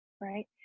Right